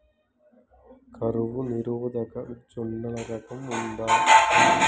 కరువు నిరోధక జొన్నల రకం ఉందా?